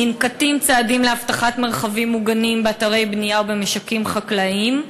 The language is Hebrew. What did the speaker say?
ננקטים צעדים להבטחת מרחבים מוגנים באתרי בנייה במשקים חקלאיים?